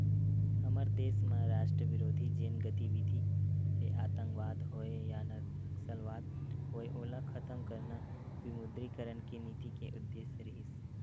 हमर देस म राष्ट्रबिरोधी जेन गतिबिधि हे आंतकवाद होय या नक्सलवाद होय ओला खतम करना विमुद्रीकरन के नीति के उद्देश्य रिहिस